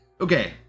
Okay